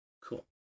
Cool